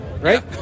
right